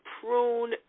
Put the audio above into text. prune